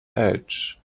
edge